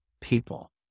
people